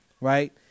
right